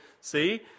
see